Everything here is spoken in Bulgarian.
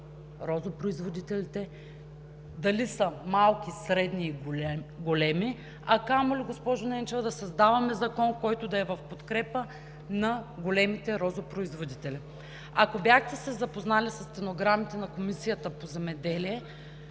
розопроизводителите, дали са малки, средни и големи, а камо ли, госпожо Ненчева, да създаваме Закон, който да е в подкрепа на големите розопроизводители. Ако бяхте се запознали със стенограмите на Комисията по земеделието,